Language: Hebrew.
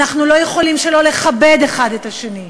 אנחנו לא יכולים שלא לכבד אחד את השני,